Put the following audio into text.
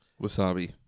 Wasabi